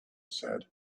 said